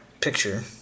picture